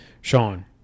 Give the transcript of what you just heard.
Sean